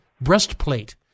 breastplate